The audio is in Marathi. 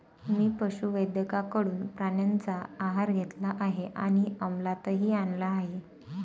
मी पशुवैद्यकाकडून प्राण्यांचा आहार घेतला आहे आणि अमलातही आणला आहे